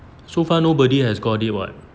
so far nobody has got it [what]